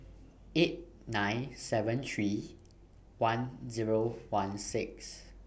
eight nine seven three one Zero one six